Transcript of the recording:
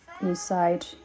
inside